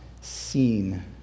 seen